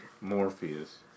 Morpheus